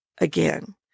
again